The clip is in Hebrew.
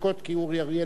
כי אורי אריאל היה רשום.